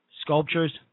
sculptures